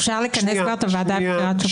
אפשר כבר לכנס את הוועדה לבחירת שופטים.